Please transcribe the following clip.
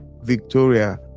Victoria